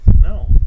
No